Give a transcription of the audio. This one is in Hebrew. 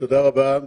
תודה רבה.